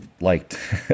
liked